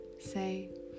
Say